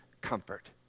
comfort